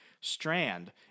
Strand